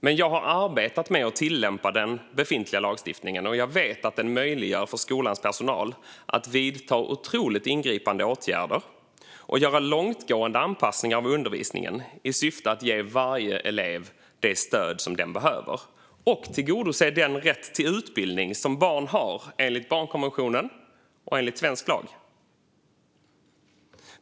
Men jag har arbetat med att tillämpa den befintliga lagstiftningen, och jag vet att den möjliggör för skolans personal att vidta otroligt ingripande åtgärder och göra långtgående anpassningar av undervisningen i syfte att ge varje elev det stöd den behöver och tillgodose den rätt till utbildning som barn har enligt barnkonventionen och enligt svensk lag.